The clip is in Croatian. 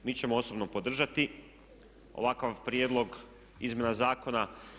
Mi ćemo osobno podržati ovakav prijedlog izmjena zakona.